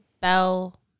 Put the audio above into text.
bell